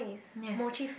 yes